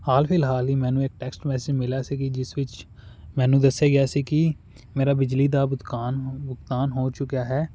ਹਾਲ ਫਿਲਹਾਲ ਹੀ ਮੈਨੂੰ ਇੱਕ ਟੈਕਸਟ ਮੈਸੇਜ ਮਿਲਿਆ ਸੀ ਕਿ ਜਿਸ ਵਿੱਚ ਮੈਨੂੰ ਦੱਸਿਆ ਗਿਆ ਸੀ ਕਿ ਮੇਰਾ ਬਿਜਲੀ ਦਾ ਬੁਤਕਾਨ ਭੁਗਤਾਨ ਹੋ ਚੁੱਕਿਆ ਹੈ